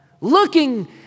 looking